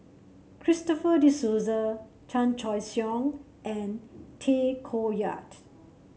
Christopher De Souza Chan Choy Siong and Tay Koh Yat